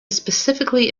specifically